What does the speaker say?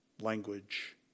language